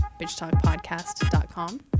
bitchtalkpodcast.com